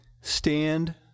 Stand